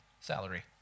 salary